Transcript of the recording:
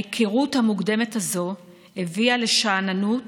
ההיכרות המוקדמת הזאת הביאה לשאננות